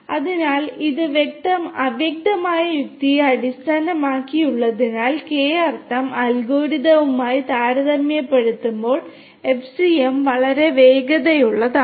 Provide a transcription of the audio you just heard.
അതിനാൽ ഇത് അവ്യക്തമായ യുക്തിയെ അടിസ്ഥാനമാക്കിയുള്ളതിനാൽ കെ അർത്ഥം അൽഗോരിതവുമായി താരതമ്യപ്പെടുത്തുമ്പോൾ എഫ്സിഎം വളരെ വേഗതയുള്ളതാണ്